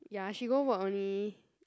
ya she go work only